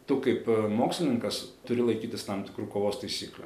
tu kaip mokslininkas turi laikytis tam tikrų kovos taisyklių